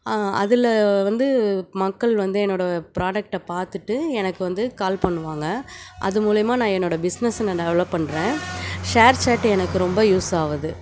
அதில் வந்து மக்கள் வந்து என்னோட ப்ராடக்டை பார்த்துட்டு எனக்கு வந்து கால் பண்ணுவாங்க அது மூலியமா நான் என்னோட பிஸ்னஸை டெவலப் பண்ணுறேன் ஷேர் சாட் எனக்கு ரொம்ப யூஸ் ஆகுது